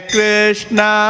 Krishna